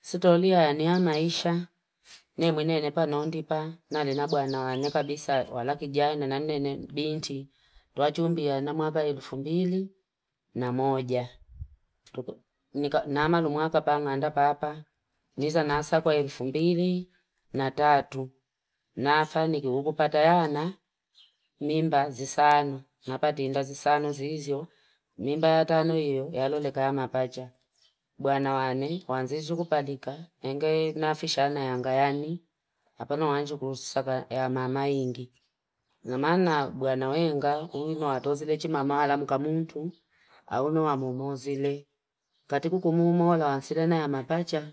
Sitolia ya nyama isha, nye mwine nepa nondipa. Nalinabuwa na wangu kabisa walaki jaina na nene binti. Tua jumbiana ya nyama wapa elfu mbili na moja. Nama lumuaka pama anda papa. Nisa nasa kwa elfu mbili na tatu. Nafa nikuugupata yana mimba zisano. Napa tinda zisano zizio. Mimba ya tanu iyo ya luleka ya mapacha. Bwana wane, wanzizu kupalika. Ngenge nafishana ya ngayani. Hapana wanju kusaka ya mama ingi. Namana bwana wenga, unu watozile. Chi mama wala mukamutu, unu wamumozile. Katiku kumumo wala wansirena ya mapacha.